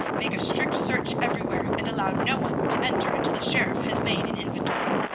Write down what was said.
make a strict search everywhere, and allow no one to enter until the sheriff has made an inventory.